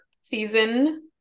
season